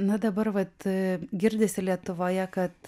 na dabar vat girdisi lietuvoje kad